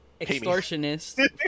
extortionist